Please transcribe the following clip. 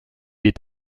est